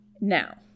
Now